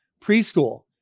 preschool